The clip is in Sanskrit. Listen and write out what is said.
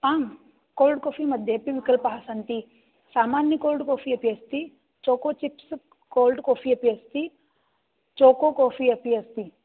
आं कोल्ड् कोफ़ि मध्ये अपि विकल्पाः सन्ति सामान्य कोल्ड् कोफ़ि अपि अस्ति चोको चिप्स् कोल्ड् कोफ़ि अपि अस्ति चोको कोफ़ि अपि अस्ति